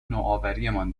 نوآوریمان